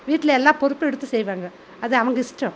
வீட்டில் எல்லா பொறுப்பும் எடுத்து செய்வாங்க